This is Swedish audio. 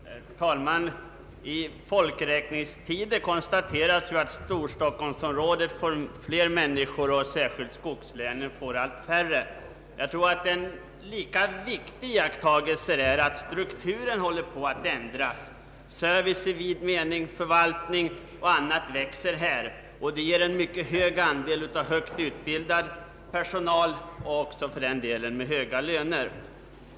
Herr talman! I folkräkningstider konstateras ju att Storstockholmsområdet får flera människor, medan särskilt skogslänen får allt färre. Jag tror att en lika viktig iakttagelse är att strukturen håller på att ändras. Service i vid mening, förvaltning och annat växer här. Det ger en hög andel av högt utbildad personal — dessutom med höga löner.